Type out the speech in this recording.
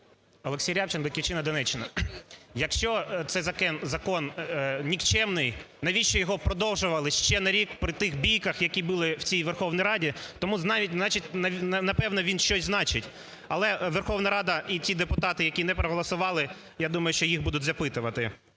ОлексійРябчин, "Батьківщина", Донеччина. Якщо цей закон нікчемний, навіщо його продовжували ще на рік при тих бійках, які були в цій Верховній Раді. Тому значить, напевно, він щось значить. Але Верховна Рада і ті депутати, які не проголосували, я думаю, що їх будуть питати,